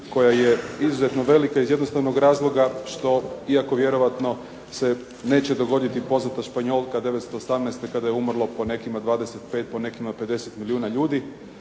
koja je izuzetno velika iz jednostavnog razloga što iako vjerojatno se neće dogoditi poznata "Španjolka" 1918. kada je umrlo po nekima 25 po nekima 50 milijuna ljudi,